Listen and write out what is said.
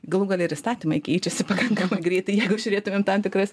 galų gale ir įstatymai keičiasi pakankamai greitai jeigu žiūrėtumėm tam tikras